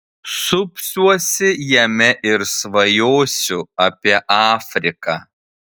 supsiuosi jame ir svajosiu apie afriką